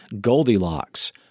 Goldilocks